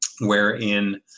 wherein